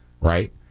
right